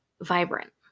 vibrant